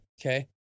Okay